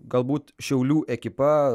galbūt šiaulių ekipa